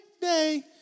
day